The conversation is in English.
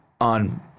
on